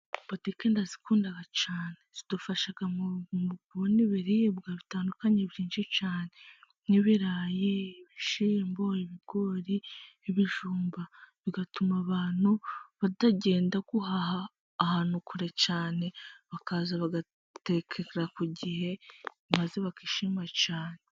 Butike ndazikunda cyane zidufasha mu kubona ibiribwa bitandukanye byinshi cyane nk'ibirayi, ibishyimbo, ibigori, ibijumba, bituma abantu batagenda guhaha ahantu kure cyane, bakaza bagatekera ku gihe maze bakishima cyane.